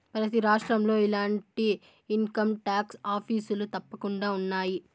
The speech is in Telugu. ప్రతి రాష్ట్రంలో ఇలాంటి ఇన్కంటాక్స్ ఆఫీసులు తప్పకుండా ఉన్నాయి